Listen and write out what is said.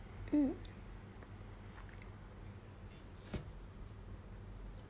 mm